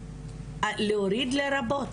להוריד את "לרבות"?